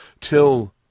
till